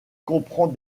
comprend